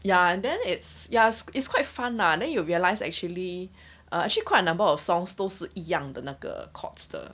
ya and then it's just is quite fun lah then you will realise actually are actually quite a number of songs 都是一样的那个 chords 的